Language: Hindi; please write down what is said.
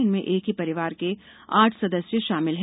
इनमें एक ही परिवार के आठ सदस्य षामिल हैं